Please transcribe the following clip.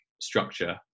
structure